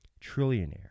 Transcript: trillionaire